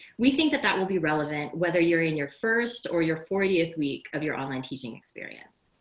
we think that that will be relevant. whether you're in your first or your fortieth week of your online teaching experience.